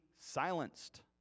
silenced